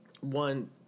One